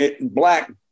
black